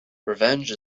revenge